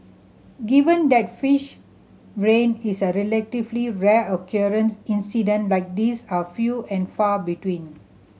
given that fish rain is a relatively rare occurrence incident like these are few and far between